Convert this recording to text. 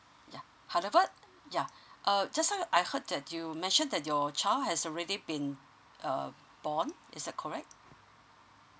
yeah however yeah err just now I heard that you mentioned that your child has already been uh born is that correct